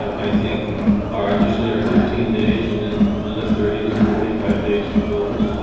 i think our initially our fifteen days and then another thirty, so forty five days to close.